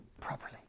properly